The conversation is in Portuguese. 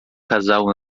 casal